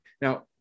Now